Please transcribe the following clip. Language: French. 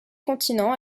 continents